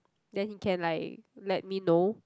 then he can like let me know